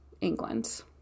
England